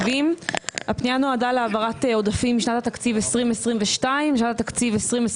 הפנייה נועדה להעברת עודפים משנת התקציב 22' לשנת התקציב 23'